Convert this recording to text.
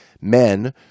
Men